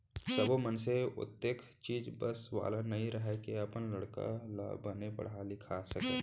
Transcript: सब्बो मनसे ओतेख चीज बस वाला नइ रहय के अपन लइका ल बने पड़हा लिखा सकय